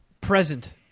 present